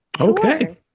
Okay